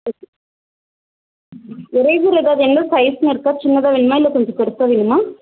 okay eraser ஏதாவது எந்த சைஸ்னு இருக்கா சின்னதாக வேணுமா இல்லை கொஞ்சம் பெருசாக வேணுமா